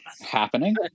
happening